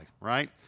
right